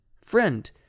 Friend